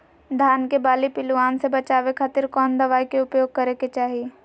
धान के बाली पिल्लूआन से बचावे खातिर कौन दवाई के उपयोग करे के चाही?